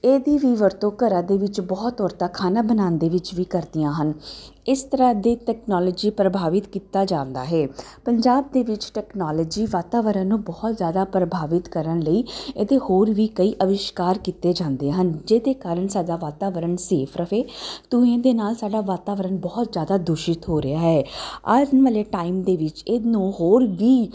ਇਹਦੀ ਵੀ ਵਰਤੋਂ ਘਰਾਂ ਦੇ ਵਿੱਚ ਬਹੁਤ ਔਰਤਾਂ ਖਾਨਾ ਬਣਾਉਣ ਦੇ ਵਿੱਚ ਵੀ ਕਰਦੀਆਂ ਹਨ ਇਸ ਤਰ੍ਹਾਂ ਦੇ ਟੈਕਨੋਲੋਜੀ ਪ੍ਰਭਾਵਿਤ ਕੀਤਾ ਜਾਂਦਾ ਹੈ ਪੰਜਾਬ ਦੇ ਵਿੱਚ ਟੈਕਨੋਲੋਜੀ ਵਾਤਾਵਰਨ ਨੂੰ ਬਹੁਤ ਜ਼ਿਆਦਾ ਪ੍ਰਭਾਵਿਤ ਕਰਨ ਲਈ ਇਹਦੇ ਹੋਰ ਵੀ ਕਈ ਆਵਿਸ਼ਕਾਰ ਕੀਤੇ ਜਾਂਦੇ ਹਨ ਜਿਹਦੇ ਕਾਰਨ ਸਾਡਾ ਵਾਤਾਵਰਨ ਸੇਫ ਰਵੇ ਅਤੇ ਇਹਦੇ ਨਾਲ ਸਾਡਾ ਵਾਤਾਵਰਨ ਬਹੁਤ ਜ਼ਿਆਦਾ ਦੂਸ਼ਿਤ ਹੋ ਰਿਹਾ ਹੈ ਆਉਣ ਵਾਲੇ ਟਾਈਮ ਦੇ ਵਿੱਚ ਇਹਨੂੰ ਹੋਰ ਵੀ